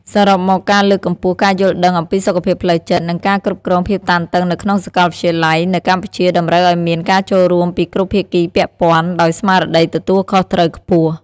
សរុបមក ការលើកកម្ពស់ការយល់ដឹងអំពីសុខភាពផ្លូវចិត្ត និងការគ្រប់គ្រងភាពតានតឹងនៅក្នុងសាកលវិទ្យាល័យនៅកម្ពុជាតម្រូវឱ្យមានការចូលរួមពីគ្រប់ភាគីពាក់ព័ន្ធដោយស្មារតីទទួលខុសត្រូវខ្ពស់។